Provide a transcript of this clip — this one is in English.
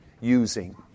using